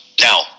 Now